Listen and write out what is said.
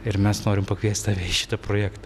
ir mes norim pakviesti tave į šitą projektą